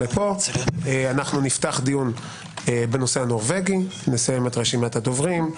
נפתח דיון בנושא הנורבגי, נסיים את רשימת הדוברים,